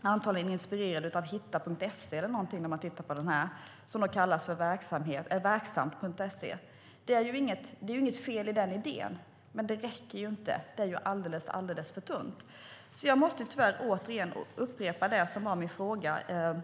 Den är antagligen inspirerad av hitta.se eller någonting, och den kallas för verksamt.se. Det är inget fel på idén, men det räcker inte. Det är alldeles för tunt. Jag måste tyvärr återigen upprepa min fråga från